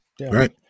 Right